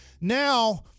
Now